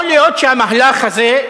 יכול להיות שהמהלך הזה,